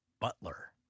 butler